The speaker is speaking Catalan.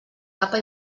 capa